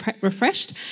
refreshed